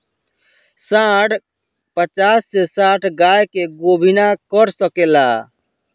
सांड पचास से साठ गाय के गोभिना कर सके ला